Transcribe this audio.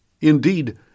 Indeed